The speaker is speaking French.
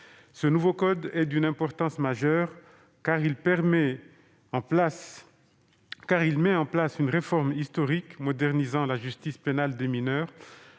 Le nouveau code est d'une importance majeure, car il met en place une modernisation historique de la justice pénale des mineurs